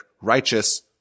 righteous